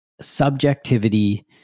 subjectivity